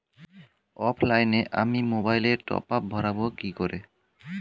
অফলাইনে আমি মোবাইলে টপআপ ভরাবো কি করে?